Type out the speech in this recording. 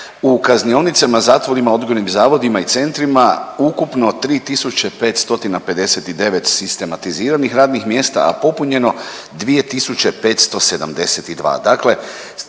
u kaznionicama, zatvorima, odgojnim zavodima i centrima ukupno 3.559 sistematiziranih radnih mjesta, a popunjeno 2.572,